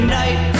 night